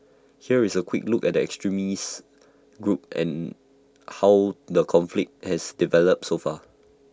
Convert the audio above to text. here is A quick look at the extremist group and how the conflict has developed so far